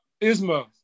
Isma